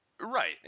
Right